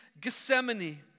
Gethsemane